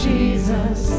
Jesus